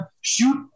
shoot